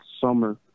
summer